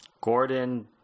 Gordon